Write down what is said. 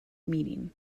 meeting